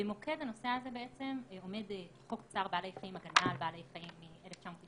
במוקד הנושא הזה עומד חוק צער בעלי חיים (הגנה על בעלי חיים) מ-1994,